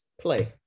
play